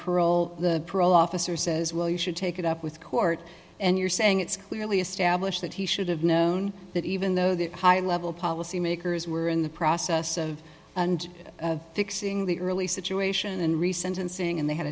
parole the parole officer says well you should take it up with court and you're saying it's clearly established that he should have known that even though the high level policy makers were in the process of and fixing the early situation and re sentencing and they had